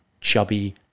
chubby